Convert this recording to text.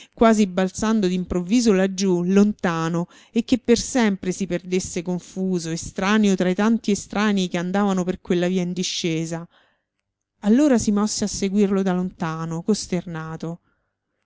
quasi balzando d'improvviso laggiù lontano e che per sempre si perdesse confuso l'uomo solo luigi pirandello estraneo tra i tanti estranei che andavano per quella via in discesa allora si mosse a seguirlo da lontano costernato